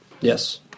Yes